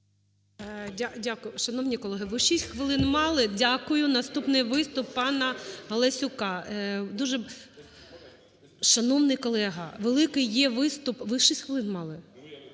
Дякую. Шановні колеги, ви 6 хвилин мали. Дякую. Наступний виступ панаГаласюка. Шановний колега, великий є виступ, ви 6 хвилин мали.